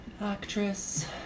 Actress